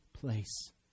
place